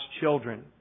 children